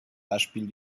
beispiel